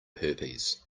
herpes